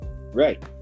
Right